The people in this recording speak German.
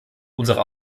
unsere